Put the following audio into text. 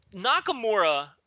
Nakamura